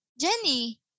Jenny